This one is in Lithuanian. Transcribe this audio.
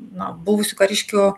na buvusių kariškių